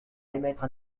émettre